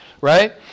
right